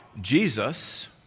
Jesus